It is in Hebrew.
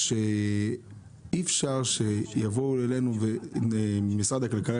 שאי אפשר שיבואו אלינו ממשרד הכלכלה,